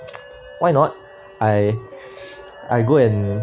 why not I I go and